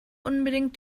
unbedingt